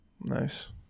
Nice